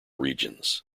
regions